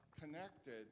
connected